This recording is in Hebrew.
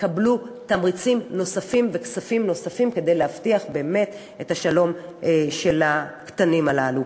יקבלו תמריצים נוספים וכספים נוספים כדי להבטיח את שלום הקטנים הללו.